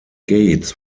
gates